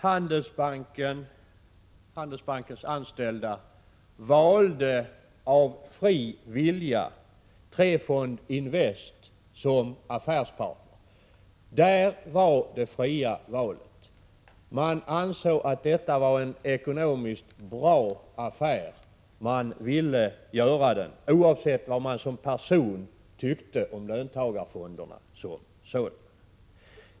Handelsbankens anställda valde av fri vilja Trefond Invest som affärspartner. Där fanns det fria valet. Man ansåg att detta var en bra affär ekonomiskt sett — man ville göra affären, oavsett vad man som person tyckte om löntagarfonderna som sådana.